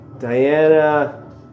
Diana